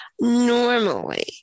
normally